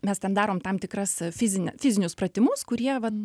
mes ten darom tam tikras fizin fizinius pratimus kurie vat